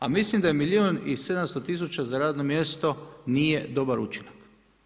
A mislim da je milijun i 700 tisuća za radno mjesto nije dobar učinak.